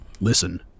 listen